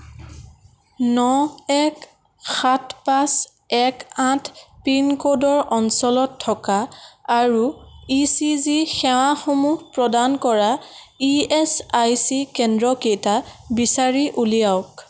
ন এক সাত পাঁচ এক আঠ পিনক'ডৰ অঞ্চলত থকা আৰু ই চি জি সেৱাসমূহ প্ৰদান কৰা ই এছ আই চি কেন্দ্ৰকেইটা বিচাৰি উলিয়াওক